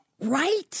Right